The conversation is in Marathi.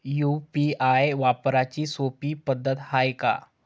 यू.पी.आय वापराची सोपी पद्धत हाय का?